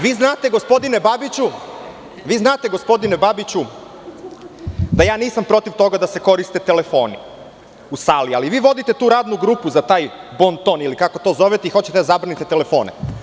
Vi znate, gospodine Babiću, da nisam protiv toga da se koriste telefoni u sali, ali vi vodite tu radnu grupu za taj bonton ili kako to zovete i hoćete da zabranite telefone.